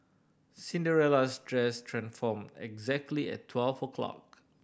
Cinderella's dress transformed exactly at twelve o' clock